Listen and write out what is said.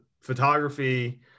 photography